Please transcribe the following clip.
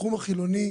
התחום החילוני